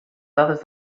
dades